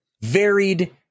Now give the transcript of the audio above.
varied